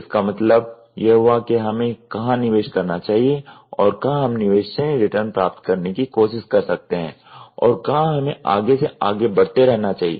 इसका मतलब यह हुआ कि हमें कहाँ निवेश करना चाहिए और कहाँ हम निवेश से रिटर्न प्राप्त करने कि कोशिश कर सकते हैं और कहाँ हमें आगे से आगे बढ़ते रहना चाहिए